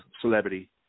celebrity